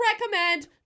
recommend